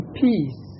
peace